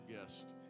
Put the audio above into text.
guest